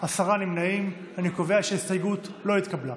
נמנע אלי אבידר,